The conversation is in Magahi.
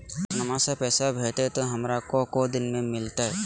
पटनमा से पैसबा भेजते तो हमारा को दिन मे मिलते?